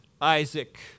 Isaac